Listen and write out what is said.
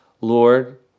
Lord